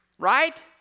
right